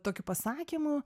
tokiu pasakymu